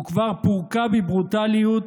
וכבר פורקה בברוטליות